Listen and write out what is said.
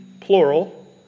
plural